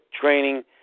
training